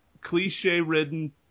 cliche-ridden